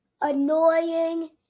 annoying